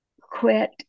quit